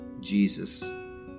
Jesus